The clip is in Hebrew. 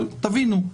אבל תבינו,